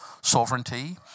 sovereignty